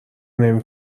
نمی